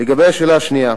לגבי השאלה השנייה,